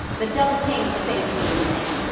the double kings saved me in the end.